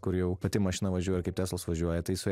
kur jau pati mašina važiuoja ir kaip teslos važiuoja tai su